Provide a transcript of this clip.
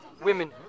women